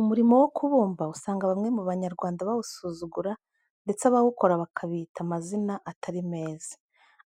Umurimo wo kubumba usanga bamwe mu Banyarwanda bawusuzugura ndetse abawukora bakabita amazina atari meza.